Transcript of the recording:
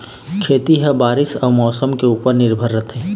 खेती ह बारीस अऊ मौसम के ऊपर निर्भर रथे